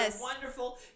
wonderful